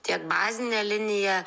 tiek bazinę liniją